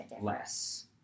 less